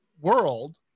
world